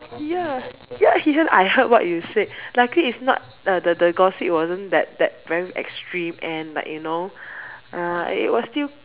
ya he heard I heard what you said luckily is not the the the gossip wasn't that that very extreme end like you know uh it was still